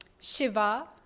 Shiva